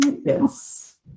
Yes